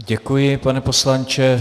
Děkuji, pane poslanče.